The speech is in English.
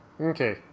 Okay